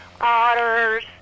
otters